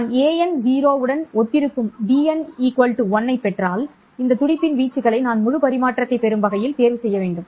நான் ஒரு 0 உடன் ஒத்திருக்கும் பிஎன் 1 ஐப் பெற்றால் இந்த துடிப்பின் வீச்சுகளை நான் முழு பரிமாற்றத்தைப் பெறும் வகையில் தேர்வு செய்ய வேண்டும்